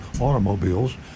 automobiles